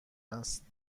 است